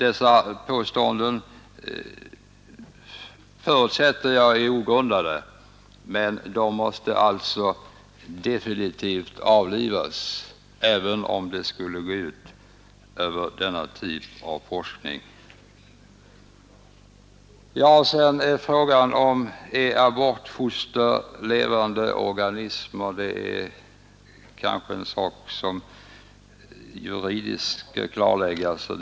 Dessa påståenden förutsätter jag är ogrundade, men de måste alltså definitivt avlivas, även om det skulle gå ut över denna typ av forskning. Sedan frågan om abortfoster är levande organismer. Det är kanske en sak som bör klarläggas juridiskt.